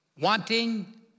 wanting